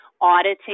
auditing